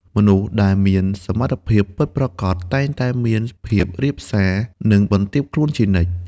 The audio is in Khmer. មនុស្សដែលមានសមត្ថភាពពិតប្រាកដ តែងតែមានភាពរាបសារ និងបន្ទាបខ្លួនជានិច្ច។